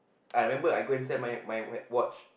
I remember I go and send my my white watch